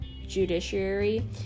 judiciary